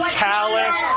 callous